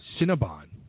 Cinnabon